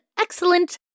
excellent